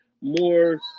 more